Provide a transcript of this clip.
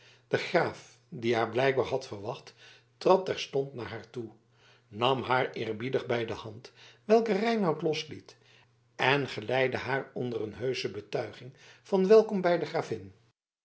de graaf die haar blijkbaar had verwacht trad terstond naar haar toe nam haar eerbiedig bij de hand welke reinout losliet en geleidde haar onder een heusche betuiging van welkom bij de gravin